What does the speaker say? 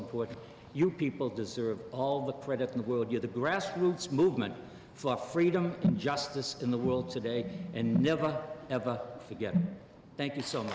important your people deserve all the credit in the world you're the grassroots movement for freedom justice in the world today and never ever forget thank you so